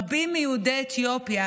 רבים מיהודי אתיופיה,